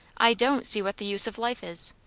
i don't see what the use of life is,